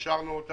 שאותה אישרנו,